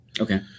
Okay